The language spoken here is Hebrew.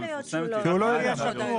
להיות שהוא לא יודע.